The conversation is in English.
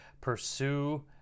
pursue